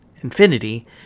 infinity